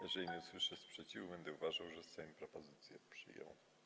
Jeżeli nie usłyszę sprzeciwu, będę uważał, że Sejm propozycję przyjął.